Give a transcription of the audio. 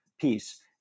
piece